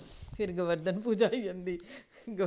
फिर गोवर्धन पूजा आई जांदी गव